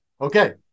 Okay